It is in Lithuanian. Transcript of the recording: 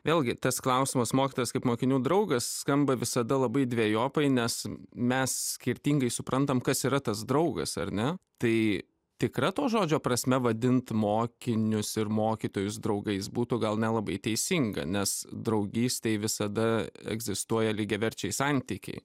vėlgi tas klausimas mokytojas kaip mokinių draugas skamba visada labai dvejopai nes mes skirtingai suprantam kas yra tas draugas ar ne tai tikra to žodžio prasme vadint mokinius ir mokytojus draugais būtų gal nelabai teisinga nes draugystėj visada egzistuoja lygiaverčiai santykiai